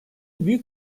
büyük